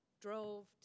drove